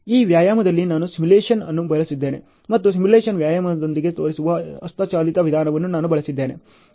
ಈ ವ್ಯಾಯಾಮದಲ್ಲಿ ನಾನು ಸಿಮ್ಯುಲೇಶನ್ ಅನ್ನು ಬಳಸಿದ್ದೇನೆ ಮತ್ತು ಸಿಮ್ಯುಲೇಶನ್ ವ್ಯಾಯಾಮದೊಂದಿಗೆ ತೋರಿಸುವ ಹಸ್ತಚಾಲಿತ ವಿಧಾನವನ್ನು ನಾನು ಬಳಸಿದ್ದೇನೆ